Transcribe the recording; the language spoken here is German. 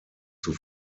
zur